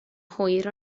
hwyr